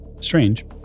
strange